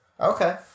Okay